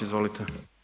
Izvolite.